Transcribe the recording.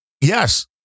Yes